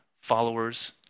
followers